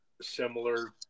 similar